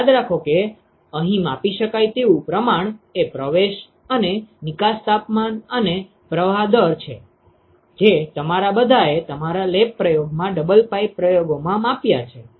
તેથી યાદ રાખો કે અહીં માપી શકાય તેવું પ્રમાણ એ પ્રવેશ પ્રારંભિક અને નિકાસતાપમાન અને પ્રવાહ દર છે જે તમારા બધાએ તમારા લેબ પ્રયોગમાં ડબલ પાઇપ પ્રયોગોમાં માપ્યા છે